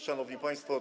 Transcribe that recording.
Szanowni Państwo!